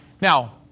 Now